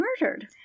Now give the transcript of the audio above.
murdered